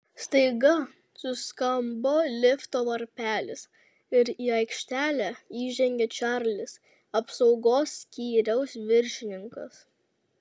staiga suskambo lifto varpelis ir į aikštelę įžengė čarlis apsaugos skyriaus viršininkas